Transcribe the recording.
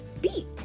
beat